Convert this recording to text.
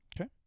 Okay